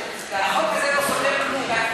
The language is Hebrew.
החוק הזה לא סותר כלום.